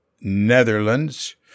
Netherlands